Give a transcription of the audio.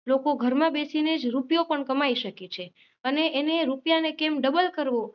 લોકો ઘરમાં બેસીને જ રૂપિયો પણ કમાઈ શકે છે અને એને રૂપિયાને કેમ ડબલ કરવો